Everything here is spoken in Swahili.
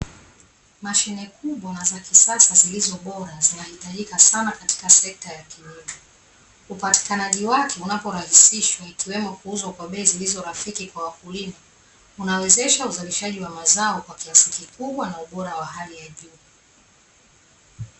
Mashine kubwa na za kisasa zilizo bora zinahitajika sana katika sekta ya kilimo. Upatikanaji wake unaporahisishwa, ikiwemo kuuzwa kwa bei zilizo rafiki kwa wakulima, unawezesha uzalishaji wa mazao kwa kiasi kikubwa na ubora wa hali ya juu.